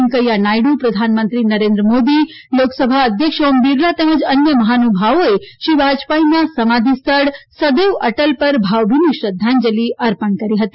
વૈકેયા નાયડુ પ્રધાનમંત્રી નરેન્દ્ર મોદી લોકસભા અધ્યક્ષ ઓમ બિરલા તેમજ અન્ય મહાનુભાવોએ શ્રી વાજપેયીના સમાધિ સ્થળ સદૈવ અટલ પર ભાવભીની શ્રદ્ધાંજલી અર્પણ કરી હતી